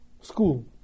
school